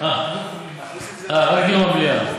אה, רק דיון במליאה.